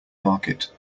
market